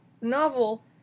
novel